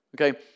okay